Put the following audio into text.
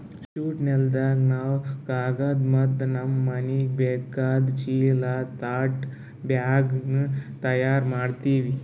jute ನೂಲ್ದಾಗ್ ನಾವ್ ಕಾಗದ್ ಮತ್ತ್ ನಮ್ಮ್ ಮನಿಗ್ ಬೇಕಾದ್ ಚೀಲಾ ತಟ್ ಬ್ಯಾಗ್ನು ತಯಾರ್ ಮಾಡ್ತೀವಿ